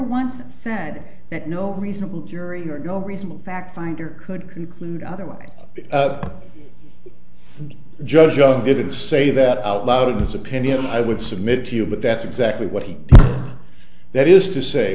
once said that no reasonable jury or no reasonable fact finder could conclude otherwise judge young given to say that out loud his opinion i would submit to you but that's exactly what he that is to say